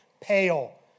pale